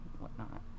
whatnot